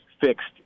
fixed